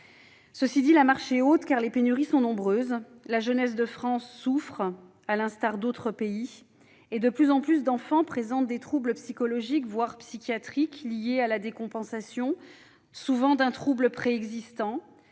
lignes. La marche est haute, car les pénuries sont nombreuses. La jeunesse de France souffre, à l'instar d'autres pays, et de plus en plus d'enfants présentent des troubles psychologiques, voire psychiatriques liés à la décompensation d'un trouble préexistant,